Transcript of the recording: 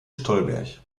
stolberg